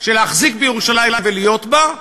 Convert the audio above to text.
של להחזיק בירושלים ולהיות בה,